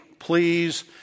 Please